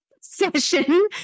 session